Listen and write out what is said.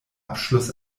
abschluss